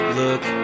look